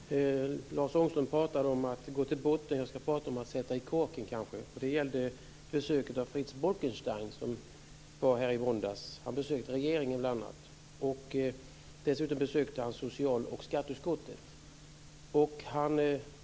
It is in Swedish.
Fru talman! Lars Ångström pratade om att gå till botten. Jag ska kanske prata om att sätta i korken. Det gäller Frits Bolkensteins besök här i måndags. Han besökte regeringen och dessutom social och skatteutskotten.